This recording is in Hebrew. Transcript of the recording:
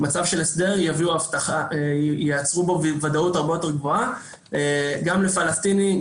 במצב של הסדר ייצרו כאן ודאות הרבה יותר גדולה גם לפלסטינים,